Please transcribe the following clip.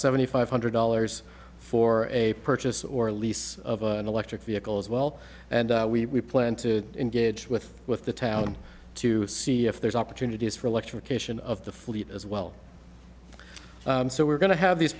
seventy five hundred dollars for a purchase or lease of an electric vehicle as well and we plan to engage with with the town to see if there's opportunities for electrification of the fleet as well so we're going to have these